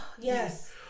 yes